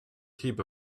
heap